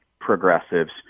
progressives